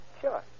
Sure